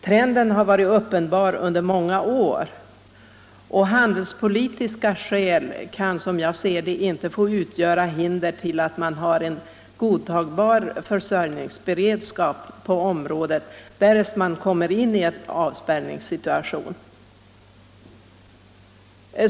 Trenden har varit uppenbar under många år, och handelspolitiska skäl kan, som jag ser det, inte få utgöra hinder för att man har en godtagbar försörjningsberedskap på området, därest man kommer i en avspärrningssituation.